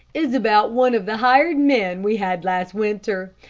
is about one of the hired men we had last winter,